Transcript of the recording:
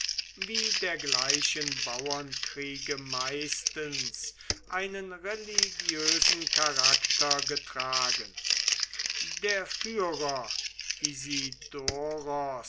wie dergleichen bauernkriege meistens einen religiösen charakter getragen der führer